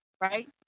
right